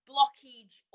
blockage